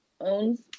owns